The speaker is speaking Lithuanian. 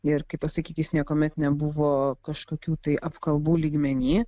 ir kaip pasakyti jis niekuomet nebuvo kažkokių tai apkalbų lygmeny